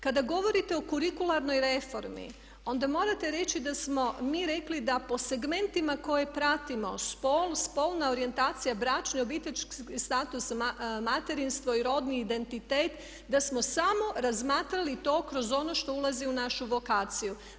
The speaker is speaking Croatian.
Kada govorite o kurikularnoj reformi onda morate reći da smo mi rekli da po segmentima koje pratimo spol, spolna orijentacija, bračni i obiteljski status, materinstvo i rodni identitet da smo samo razmatrali to kroz ono što ulazi u našu vokaciju.